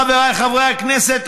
חבריי חברי הכנסת,